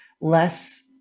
less